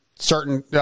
certain